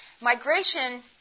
migration